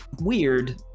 weird